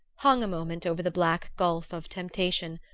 hung a moment over the black gulf of temptation.